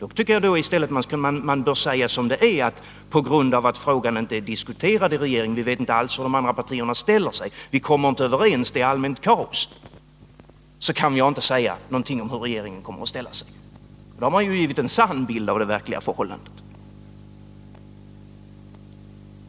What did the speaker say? I stället skall man säga som det är: Frågan är inte diskuterad i regeringen, och jag vet inte alls hur de andra partierna ser på den. Vi kommer inte överens, det är allmänt kaos, och därför kan jag inte säga hur regeringen kommer att ställa sig. Då har man ju givit en sann bild av det verkliga förhållandet.